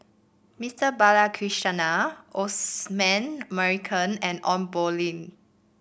Mister Balakrishnan Osman Merican and Ong Poh Lim